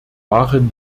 waren